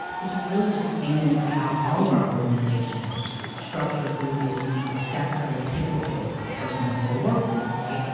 which is really just a stand-in for how all of our organizations structure who is the acceptable, typical person that they'll work with, right?